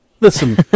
listen